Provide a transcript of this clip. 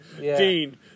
Dean